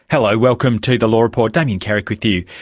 hello, welcome to the law report, damien carrick with you.